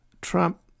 Trump